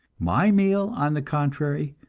my meal, on the contrary,